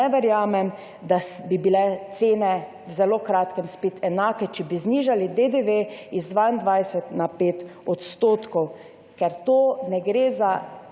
da bi bile cene v zelo kratkem spet enake, če bi znižali DDV z 22 na 5 %. Ker ne gre za